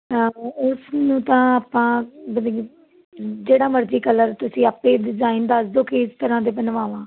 ਹਾਂ ਉਸਨੂੰ ਤਾਂ ਆਪਾਂ ਮਤਲਬ ਕਿ ਜਿਹੜਾ ਮਰਜੀ ਕਲਰ ਤੁਸੀਂ ਆਪੇ ਡਿਜ਼ਾਇਨ ਦੱਸ ਦਿਓ ਕਿਸ ਤਰ੍ਹਾਂ ਦੇ ਬਣਵਾਵਾਂ